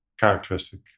Characteristic